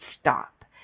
stop